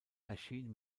erschien